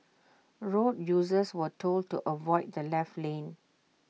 road users were told to avoid the left lane